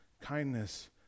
kindness